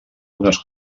unes